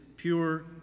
Pure